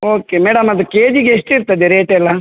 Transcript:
okay madam ಅದು ಕೆ ಜಿಗೆ ಎಷ್ಟು ಇರ್ತದೆ ರೇಟೆಲ್ಲ